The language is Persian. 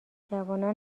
جوانان